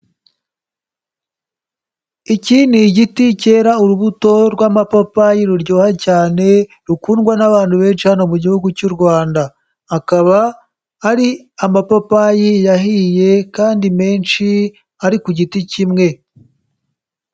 Iki ni igiti cyera urubuto rw'amapapayi ruryoha cyane, rukundwa n'abantu benshi hano mu gihugu cy'u Rwanda. Akaba ari amapapayi yahiye kandi menshi ari ku giti kimwe.